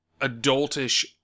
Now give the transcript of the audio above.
adultish